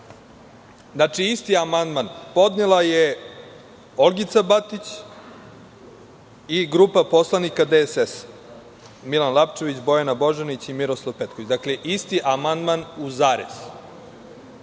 dokaz. Isti amandman podnela je Olgica Batić i grupa poslanika DSS – Milan Lapčević, Bojana Božanić i Miroslav Petković. Dakle, isti amandman u